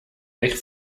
nicht